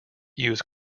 use